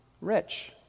rich